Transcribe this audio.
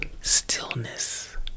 stillness